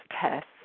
tests